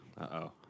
Uh-oh